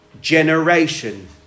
generation